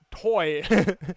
toy